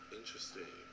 interesting